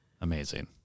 Amazing